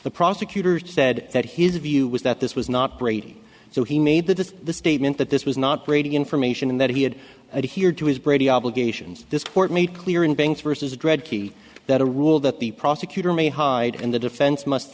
the prosecutors said that his view was that this was not brady so he made the statement that this was not breaking information and that he had to hear to his brady obligations this court made clear in banks versus dread key that a rule that the prosecutor may hide and the defense must